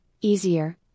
easier